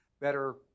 Better